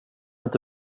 inte